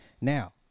Now